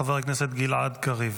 חבר הכנסת גלעד קריב.